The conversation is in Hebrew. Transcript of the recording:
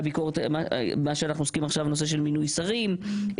נושא של מינוי שרים,